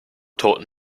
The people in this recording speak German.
toten